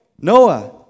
Noah